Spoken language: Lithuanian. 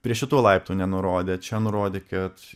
prie šito laiptų nenurodėt čia nurodykit